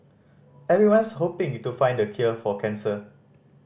everyone's hoping to find the cure for cancer